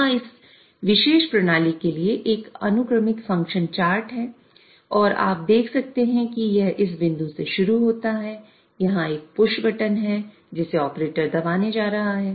यहां इस विशेष प्रणाली के लिए एक अनुक्रमिक फ़ंक्शन चार्ट है और आप देख सकते हैं कि यह इस बिंदु से शुरू होता है जहां एक पुश बटन है जिसे ऑपरेटर दबाने जा रहा है